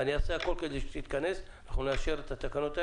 אעשה הכול כדי שתתכנס ונאשר את התקנות האלה,